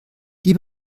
die